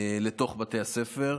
לתוך בתי הספר.